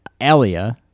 Alia